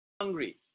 hungry